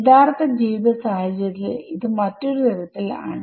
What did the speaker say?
യഥാർത്ഥ ജീവിത സാഹചര്യത്തിൽ ഇത് മറ്റൊരു തരത്തിൽ ആണ്